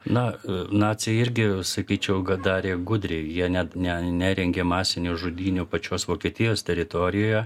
na naciai irgi sakyčiau kad darė gudriai jie net ne nerengė masinių žudynių pačios vokietijos teritorijoje